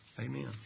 Amen